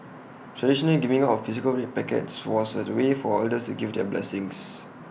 traditionally giving out physical red packets was A way for elders to give their blessings